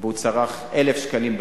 והוא צרך 1,000 ש"ח